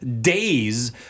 days